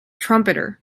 trumpeter